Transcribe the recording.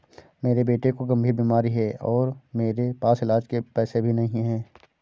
मेरे बेटे को गंभीर बीमारी है और मेरे पास इलाज के पैसे भी नहीं